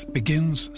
begins